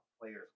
players